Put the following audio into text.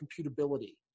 computability